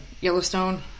Yellowstone